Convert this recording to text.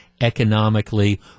economically